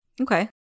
Okay